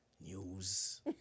news